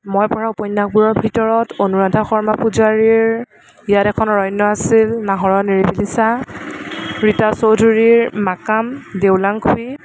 মই পঢ়া উপন্য়াসবোৰৰ ভিতৰত অনুৰাধা শৰ্মা পূজাৰীৰ ইয়াত এখন অৰণ্য় আছিল নাহৰৰ নিৰিবিলি ছাঁ ৰীতা চৌধুৰীৰ মাকাম দেও লাংখুই